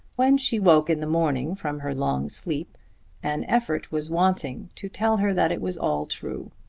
when she woke in the morning from her long sleep an effort was wanting to tell her that it was all true.